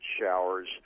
showers